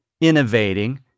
innovating